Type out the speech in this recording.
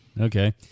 Okay